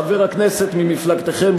חבר הכנסת ממפלגתכם,